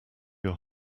your